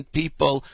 people